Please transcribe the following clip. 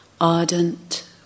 ardent